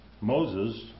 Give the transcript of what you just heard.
Moses